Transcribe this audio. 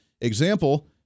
example